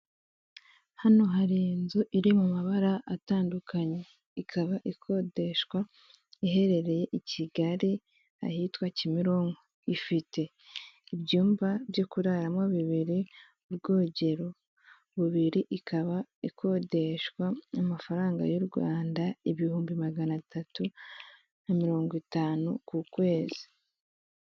Hano hari inzu iri mu mabara atandukanye ikaba ikodeshwa iherereye i kigali ahitwa kimironko ifite ibyumba byo kuraramo bibiri, ubwogero bubiri ikaba ikodeshwa n'amafaranga y'u rwanda ibihumbi magana atatu na mirongo itanu ku kwezi.